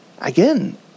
Again